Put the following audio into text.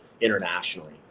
internationally